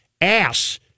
ass